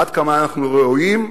עד כמה אנחנו ראויים,